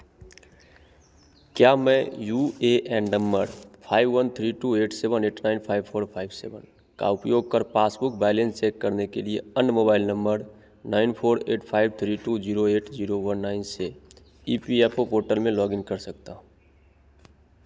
क्या मैं U A N number five one three two eight seven eight nine five four five seven का उपयोग कर passbook balance check करने के लिए अन्य mobile number nine four eight five three two zero eight zero one nine से E P F O portal में log in कर सकता हूँ